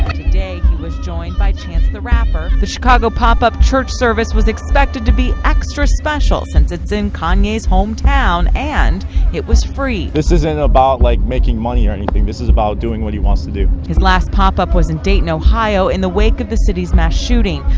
today he was joined by chance the rapper. the chicago pop-up church service was expected to be extra-special since it's in kanye's hometown and it was free. this isn't about like making money or anything this is about doing what he wants to do. his last pop up was in dayton ohio in the wake of the city's mass shooting.